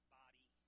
body